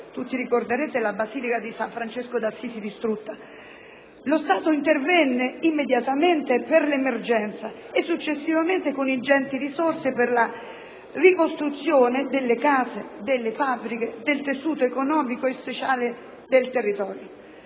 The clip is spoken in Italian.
volta della basilica di San Francesco d'Assisi che andò distrutta). Lo Stato intervenne immediatamente per l'emergenza e successivamente con ingenti risorse per la ricostruzione delle case, delle fabbriche, del tessuto economico e sociale del territorio.